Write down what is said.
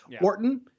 orton